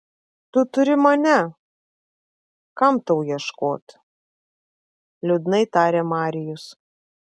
tu turi mane kam tau ieškot liūdnai tarė marijus